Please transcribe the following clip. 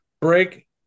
break